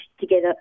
together